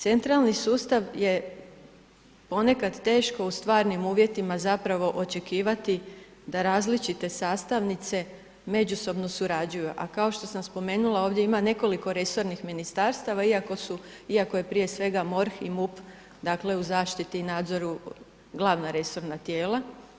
Centralni sustav je ponekad teško u stvarnim uvjetima očekivati da različite sastavnice međusobno surađuju, a kao što sam spomenula ovdje ima nekoliko resornih ministarstava iako je prije svega MORH i MUP u zaštiti i nadzoru glavna resorna tijela.